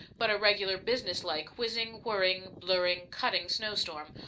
but a regular business-like whizzing, whirring, blurring, cutting snow-storm,